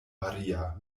maria